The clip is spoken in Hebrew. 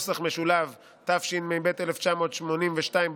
התשמ"ב 1982,